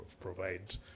provide